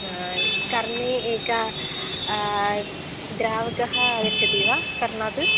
कर्णे एका द्रावकं आगच्छति वा कर्णात्